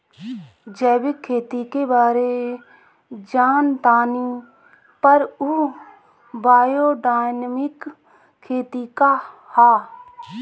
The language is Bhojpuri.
जैविक खेती के बारे जान तानी पर उ बायोडायनमिक खेती का ह?